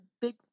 big